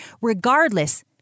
regardless